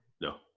No